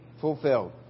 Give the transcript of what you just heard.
fulfilled